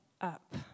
up